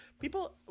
people